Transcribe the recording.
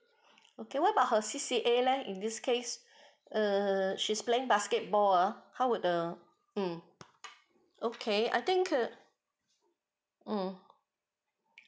okay what about her C_C_A land this case err she's playing basketball uh how would uh mm okay I think err mm